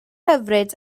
hyfryd